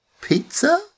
pizza